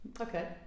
okay